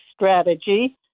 strategy